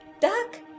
duck